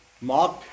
mark